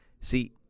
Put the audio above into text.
See